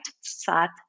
sat